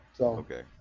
Okay